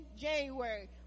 January